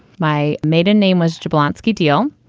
my maiden name was to blonsky deal.